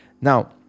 Now